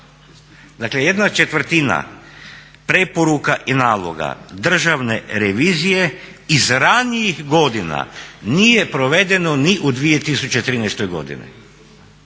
Dakle, ¼ preporuka i naloga Državne revizije iz ranijih godina nije provedeno ni u 2013. godini.